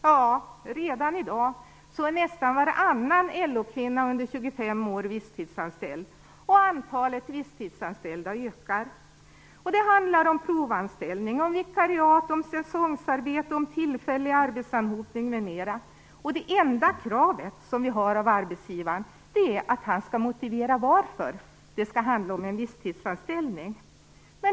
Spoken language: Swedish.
Ja, redan i dag är nästan varannan LO-kvinna under 25 år visstidsanställd, och antalet visstidsanställda ökar. Det handlar om provanställning, om vikariat, om säsongsarbete, om tillfällig arbetsanhopning m.m. Det enda kravet som finns på arbetsgivaren är att han skall motivera varför det skall handla om en visstidsanställning.